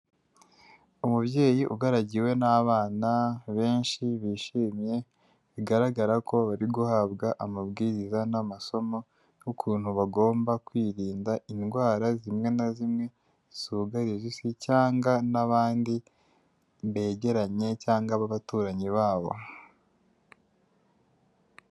Umubyeyi ugaragiwe n'abana benshi bishimye, bigaragara ko bari guhabwa amabwiriza n'amasomo n'ukuntu bagomba kwirinda indwara zimwe na zimwe zugarije isi cyangwa n'abandi begeranye cyangwa ababaturanyi babo.